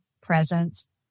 presence